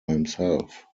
himself